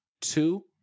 Two